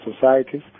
societies